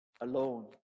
alone